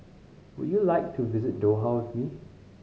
would you like to visit Doha with me